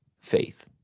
faith